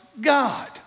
God